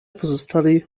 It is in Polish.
pozostali